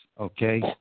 okay